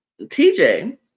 TJ